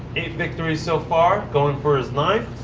eight victories so far, going for his ninth,